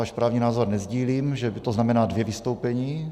Váš právní názor nesdílím, to znamená dvě vystoupení.